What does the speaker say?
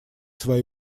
свои